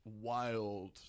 wild